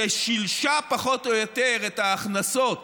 ששילשה פחות או יותר את ההכנסות